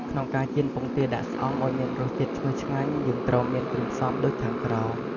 ក្នុងការចៀនពងទាដាក់ស្អំឱ្យមានរសជាតិឈ្ងុយឆ្ងាញ់ យើងត្រូវមានគ្រឿងផ្សំដូចខាងក្រោម។